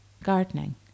gardening